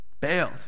bailed